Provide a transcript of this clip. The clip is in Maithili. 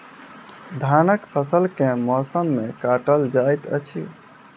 धानक फसल केँ मौसम मे काटल जाइत अछि?